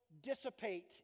dissipate